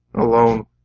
alone